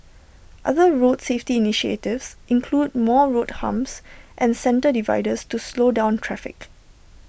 other road safety initiatives include more road humps and centre dividers to slow down traffic